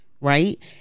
Right